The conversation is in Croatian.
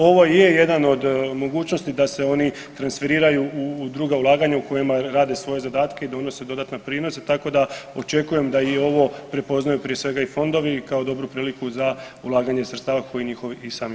Ovo je jedan od mogućosti da se oni transferiraju u druga ulaganja u kojima rade svoje zadatke i donose dodatne prinose, tako da očekujem da i ovo prepoznaju, prije svega i fondovi, kao dobru priliku za ulaganje sredstava koji je njihov i sami posao.